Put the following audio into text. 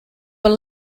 were